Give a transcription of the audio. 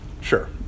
Sure